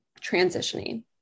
transitioning